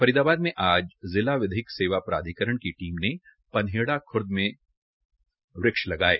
फरीदाबाद में आज जिला विधिक सेवा प्राधिकरण की टीम ने पनहेड़ा खुई में आज आज कई पौधे लगाये